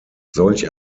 solch